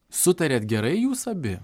sutariat gerai jūs abi